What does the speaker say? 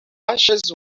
ashes